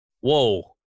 whoa